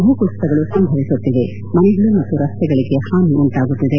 ಭೂಕುಸಿತಗಳು ಸಂಭವಿಸುತ್ತಿವೆ ಮನೆಗಳು ಮತ್ತು ರಸ್ತೆಗಳಿಗೆ ಹಾನಿ ಸಂಭವಿಸುತ್ತಿದೆ